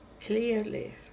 clearly